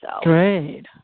Great